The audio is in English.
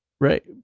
Right